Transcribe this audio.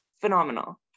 phenomenal